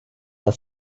the